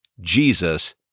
Jesus